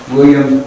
William